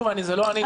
זה לא אני,